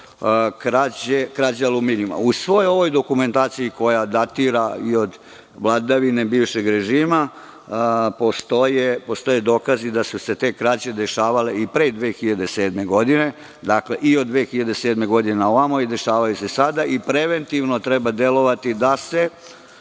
krađa aluminijuma.U svojoj ovoj dokumentaciji koja datira i od vladavine bivšeg režima, postoje dokazi da su se te krađe dešavale i pre 2007. godine. Dakle i 2007. godine na ovamo i dešavaju se sada. Preventivno treba delovati da se